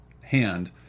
hand